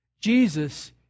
Jesus